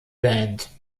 band